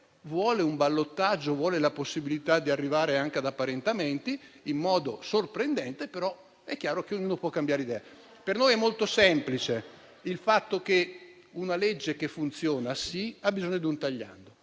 vuole un ballottaggio, vuole la possibilità di arrivare anche ad apparentamenti: in modo sorprendente, ma è chiaro che ognuno può cambiare idea. Per noi è molto semplice che una legge che funziona abbia bisogno di un tagliando.